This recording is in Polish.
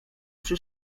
przy